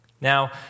Now